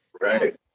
Right